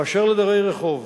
באשר לדרי הרחוב,